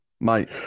mate